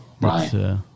right